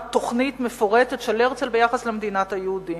תוכנית מפורטת של הרצל ביחס למדינת היהודים.